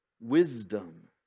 wisdom